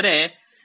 4